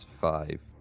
five